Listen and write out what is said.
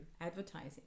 advertising